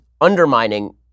undermining